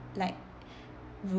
like room